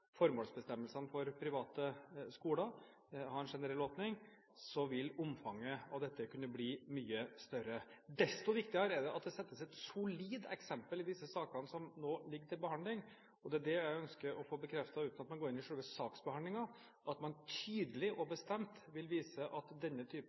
formålsbestemmelsene for private skoler og ha en generell åpning – vil omfanget av dette kunne bli mye større. Desto viktigere er det at det settes et solid eksempel i disse sakene som nå ligger til behandling. Det er det jeg ønsker å få bekreftet, uten at man går inn i selve saksbehandlingen: At man tydelig og